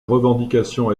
revendication